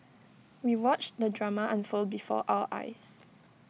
we watched the drama unfold before our eyes